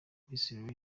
n’ubwo